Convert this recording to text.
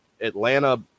Atlanta